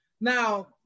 Now